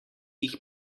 jih